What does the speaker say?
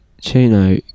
Chino